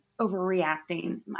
overreacting